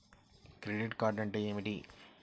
Credit card అంటే ఏమిటి?